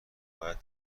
باید